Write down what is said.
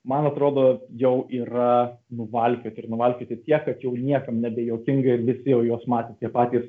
man atrodo jau yra nuvalkioti ir nuvalkioti tiek kad jau niekam nebejuokinga ir visi jau juos matė tie patys